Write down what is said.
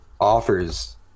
offers